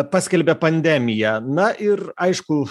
paskelbė pandemiją na ir aišku